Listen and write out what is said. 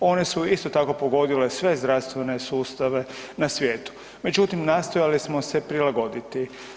One su isto tak pogodile sve zdravstvene sustava ne svijetu, međutim nastojali smo se prilagoditi.